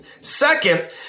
Second